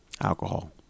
Alcohol